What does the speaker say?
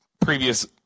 Previous